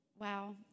wow